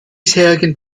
bisherigen